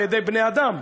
על-ידי בני-אדם,